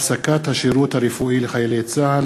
הפסקת השירות הרפואי לחיילי צה"ל,